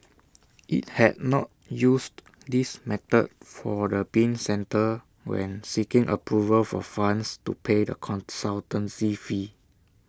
IT had not used this method for the bin centre when seeking approval for funds to pay the consultancy fee